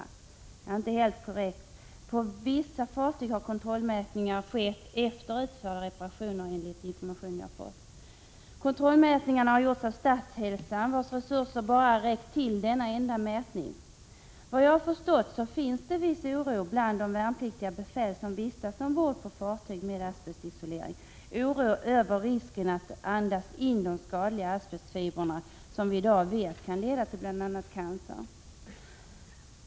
Nej, detta är inte helt korrekt — på vissa fartyg har kontrollmätningar skett efter utförda reparationer, enligt informationer jag fått. Kontrollmätningarna har gjorts av Statshälsan, vars resurser bara räckt till denna enda mätning. Efter vad jag förstått finns det en viss oro bland de värnpliktiga befäl som vistas och bor på fartyg med asbestisolering över risken att andas in de skadliga asbestfibrerna, som vi i dag vet kan leda till bl.a. cancer.